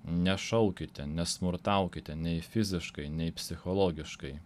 nešaukite nesmurtaukite nei fiziškai nei psichologiškai